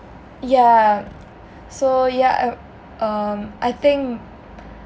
yah so yah I um I think